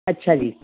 ਅੱਛਾ ਜੀ